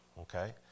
okay